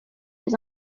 des